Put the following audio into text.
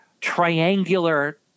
triangular